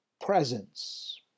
presence